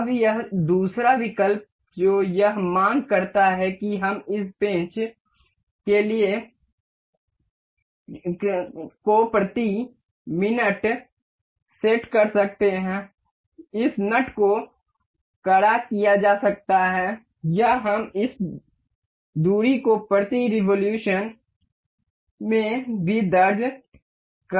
अब यह दूसरा विकल्प जो यह मांग करता है कि हम इस पेंच के लिए क्रांति को प्रति मिनट सेट कर सकते हैं इस नट को कड़ा किया जा सकता है या हम इस दूरी को प्रति रेवोलुशन में भी दर्ज कर सकते हैं